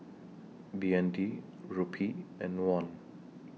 B N D Rupee and Won